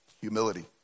Humility